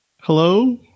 Hello